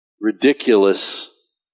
ridiculous